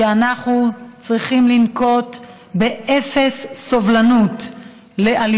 כי אנחנו צריכים לנקוט אפס סובלנות כלפי